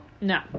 No